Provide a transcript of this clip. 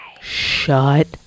Shut